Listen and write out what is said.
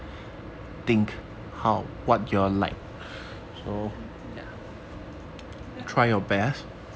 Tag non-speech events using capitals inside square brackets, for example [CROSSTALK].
[LAUGHS] err 这个